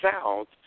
South